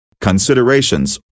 Considerations